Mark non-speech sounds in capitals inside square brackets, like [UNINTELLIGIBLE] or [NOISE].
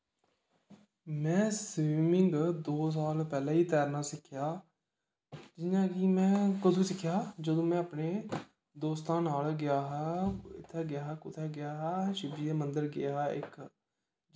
में स्विमिंमग च दो साल पैह्लें ई तैरना सिक्खेआ जियां कि में कदूं सिक्खेआ जदूं में अपने दोस्तां नाल गेआ हा इत्थें गेआ हा कु'त्थें गेआ हा [UNINTELLIGIBLE] गेआ हा इक